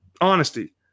honesty